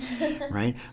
right